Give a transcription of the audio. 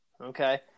Okay